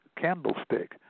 candlestick